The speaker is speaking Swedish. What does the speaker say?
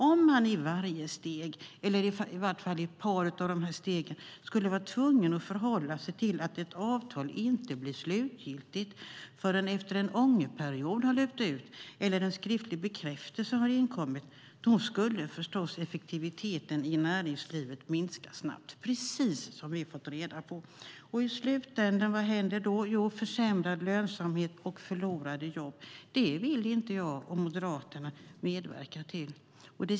Om man i varje steg, eller i vart fall ett par av dem, skulle bli tvungen att förhålla sig till att ett avtal inte blir slutgiltigt förrän efter det att en ångerperiod löpt ut eller en skriftlig bekräftelse inkommit, skulle förstås effektiviteten i näringslivet minska snabbt - precis som vi har fått reda på. Vad händer i slutändan? Jo, det blir försämrad lönsamhet och förlorade jobb. Det vill inte jag och Moderaterna medverka till.